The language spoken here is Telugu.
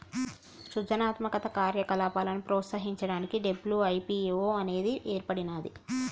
సృజనాత్మక కార్యకలాపాలను ప్రోత్సహించడానికి డబ్ల్యూ.ఐ.పీ.వో అనేది ఏర్పడినాది